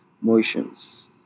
motions